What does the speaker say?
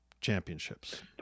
championships